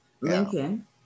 Lincoln